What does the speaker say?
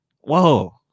Whoa